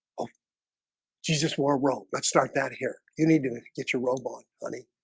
oh she's just more world. let's start that here. you need to get your robe on honey,